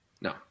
No